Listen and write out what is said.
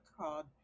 called